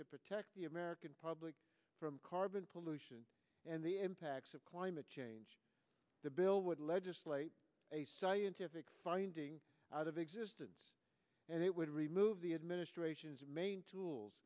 to protect the american public from carbon pollution and the impacts of climate change the bill would legislate a scientific finding out of existence and it would remove the administration's main tools